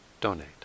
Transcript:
donate